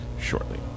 shortly